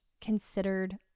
considered